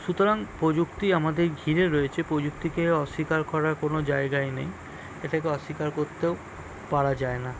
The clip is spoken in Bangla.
সুতরাং প্রযুক্তি আমাদের ঘিরে রয়েছে প্রযুক্তিকে অস্বীকার করার কোনো জায়গাই নেই এটাকে অস্বীকার করতেও পারা যায় না